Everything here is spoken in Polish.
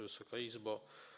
Wysoka Izbo!